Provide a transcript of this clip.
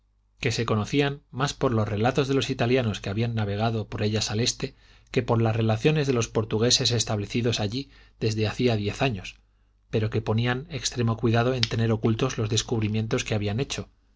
que se conocían más por los relatos de los italianos que habían navegado por ellas al este que por las relaciones de los portugueses establecidos allí desde hacía diez años pero que ponían extremo cuidado en tener ocultos los descubrimientos que habían hecho